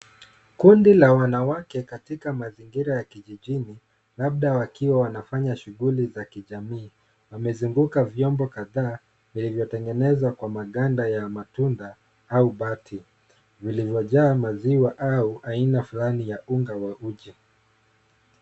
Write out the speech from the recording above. Kundi la wanawake katika mazingira ya kijijini labda wakiwa wanafanya shughuli za kijamii, wamezunguka vyombo kadhaa vilivyotegenezwa kwa maganda ya ya matunda au bati ,vilivyojaa maziwa au aina fulani wa unga wa uji.